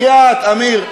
בחייאת, אמיר.